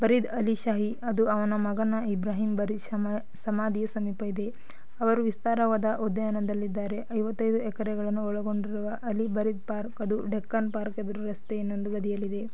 ಬರೀದ್ ಅಲಿ ಶಾಹಿ ಅದು ಅವನ ಮಗನ ಇಬ್ರಾಹಿಂ ಬರೀದ್ ಶಮಾ ಸಮಾಧಿಯ ಸಮೀಪ ಇದೆ ಅವರು ವಿಸ್ತಾರವಾದ ಉದ್ಯಾನದಲ್ಲಿದ್ದಾರೆ ಐವತ್ತೈದು ಎಕರೆಗಳನ್ನು ಒಳಗೊಂಡಿರುವ ಅಲಿ ಬರೀದ್ ಪಾರ್ಕ್ ಅದು ಡೆಕ್ಕನ್ ಪಾರ್ಕ್ ಎದುರು ರಸ್ತೆ ಇನ್ನೊಂದು ಬದಿಯಲ್ಲಿದೆ